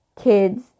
kids